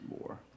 more